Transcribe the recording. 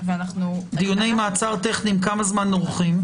דיוני מעצר טכניים כמה זמן אורחים?